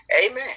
Amen